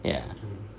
ya